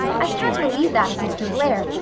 i can't believe that of mr. blair,